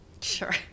Sure